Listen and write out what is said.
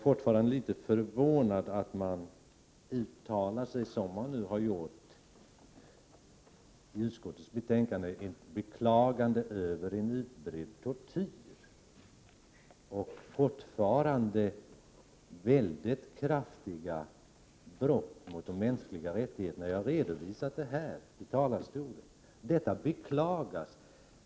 Fortfarande är jag litet förvånad över att man, som man nu har gjort i utskottets betänkande, uttalar ett beklagande av en utbredd tortyr och mycket kraftiga brott mot de mänskliga rättigheterna; det har jag redovisat här i talarstolen. Detta beklagas alltså.